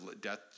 death